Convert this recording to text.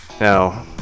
Now